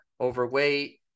overweight